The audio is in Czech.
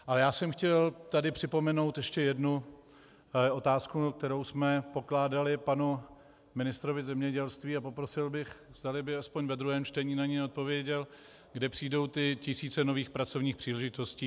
Ale chtěl jsem tady připomenout ještě jednu otázku, kterou jsme pokládali panu ministrovi zemědělství, a poprosil bych, zdali by aspoň ve druhém čtení na ni odpověděl: kde přijdou ty tisíce nových pracovních příležitostí?